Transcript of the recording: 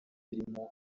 birimo